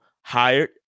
hired